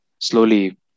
Slowly